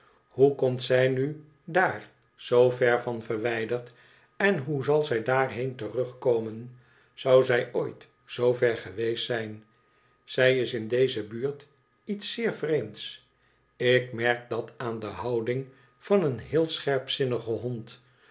hoe komt zij nu daar zoo ver van verwijderd en hoe zal zij daarheen terugkomen zou zij ooit zoover geweest zijn zij is in deze buurt iets zeer vreemds ik merk dat aan de houding van een heel scherpzinnigen hond